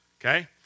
okay